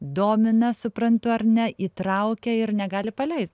domina suprantu ar ne įtraukia ir negali paleist